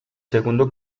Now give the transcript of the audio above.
segundo